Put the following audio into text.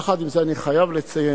יחד עם זה אני חייב לציין: